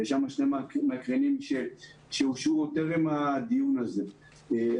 יש שם שני מקרנים שאושרו טרם הדיון הזה,